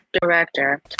director